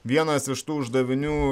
vienas iš tų uždavinių